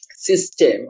system